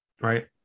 right